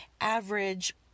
average